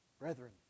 Brethren